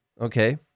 okay